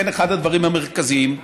לכן אחד הדברים המרכזיים,